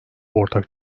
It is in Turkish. ortak